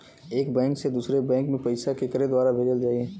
एक बैंक से दूसरे बैंक मे पैसा केकरे द्वारा भेजल जाई?